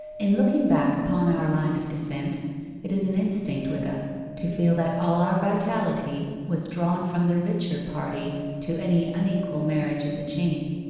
in looking back upon our line of descent it is an instinct with us to feel that all our vitality was drawn from the richer party to any unequal marriage in the chain.